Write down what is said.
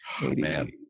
man